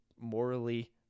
morally